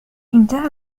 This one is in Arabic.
إنتهى